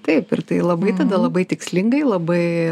taip ir tai labai tada labai tikslingai labai